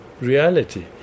reality